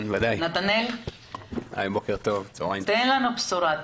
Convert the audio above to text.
תן לנו בשורה,